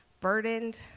burdened